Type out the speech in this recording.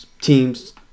teams